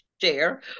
share